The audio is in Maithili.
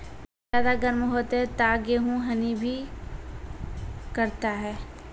ज्यादा गर्म होते ता गेहूँ हनी भी करता है?